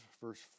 verse